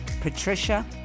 Patricia